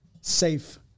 safe